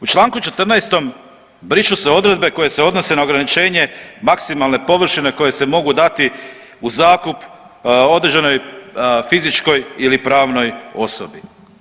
U čl. 14. brišu se odredbe koje se odnose na ograničenje maksimalne površine koje se mogu dati u zakup određenoj fizičkoj ili pravnoj osobi.